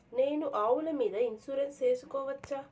నేను ఆవుల మీద ఇన్సూరెన్సు సేసుకోవచ్చా?